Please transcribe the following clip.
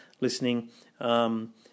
listening